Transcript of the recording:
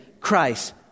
Christ